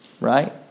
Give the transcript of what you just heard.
Right